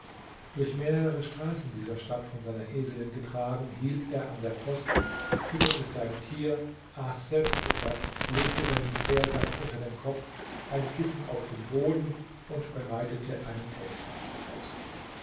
durch mehrere straßen dieser stadt von seiner eselin getragen hielt er an der post fütterte sein tier aß selbst etwas legte seinen quersack unter den kopf ein kissen auf den boden und breitete einen teppich darüber aus